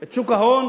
את שוק ההון.